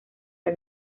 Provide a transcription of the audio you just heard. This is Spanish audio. del